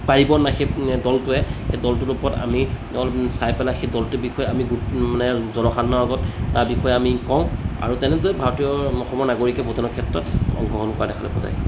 পাৰিব নাই সেই দলটোৱে সেই দলটোৰ ওপৰত আমি চাই পেলাই সেই দলটোৰ বিষয়ে আমি মানে জনসাধাৰণৰ আগত তাৰ বিষয়ে আমি কওঁ আৰু তেনেদৰে ভাৰতীয় অসমৰ নাগৰিকে ভোটদানৰ ক্ষেত্ৰত অংশগ্ৰহণ কৰা দেখিবলৈ পোৱা যায়